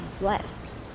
blessed